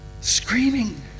screaming